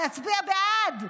להצביע בעד,